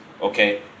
okay